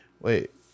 wait